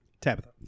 Tabitha